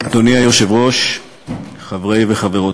כהן-פארן, איילת נחמיאס ורבין,